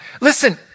Listen